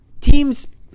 Teams